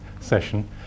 session